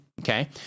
Okay